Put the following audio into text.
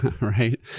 right